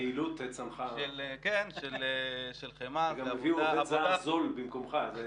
היעילות צנחה, וגם הביאו עובד זר במקומך.